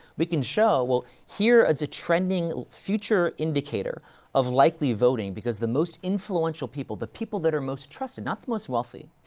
we can show, well, here is a trending future indicator of likely voting, because the most influential people, the people that are most trusted, not the most wealthy,